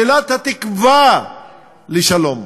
שלילת התקווה לשלום.